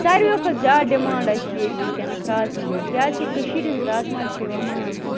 ساروٕے کھۄتہٕ زیادٕ ڈِمانٛڈ حظ چھِ ییٚتہِ وُنٛکیٚس رازمہ ہن کیٛازِکہِ کٔشیٖرِ ہنٛز رازمہ حظ چھِ یِوان ماننہٕ